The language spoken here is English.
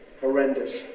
horrendous